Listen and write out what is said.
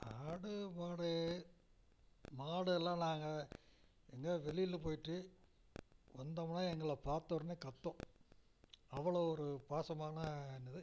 ஆடு மாடு மாடெல்லாம் நாங்கள் எங்கேயா வெளியில் போய்விட்டு வந்தோமுன்னா எங்களை பார்த்த உடனே கத்தும் அவ்வளோ ஒரு பாசமானது